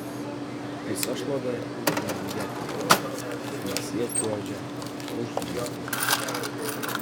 visa šlovė eina lietuvai nes jie čiuožia už lietuvą